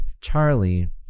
Charlie